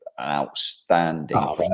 outstanding